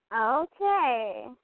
Okay